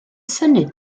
synnu